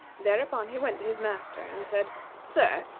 thereupon he went to his master, and said sir,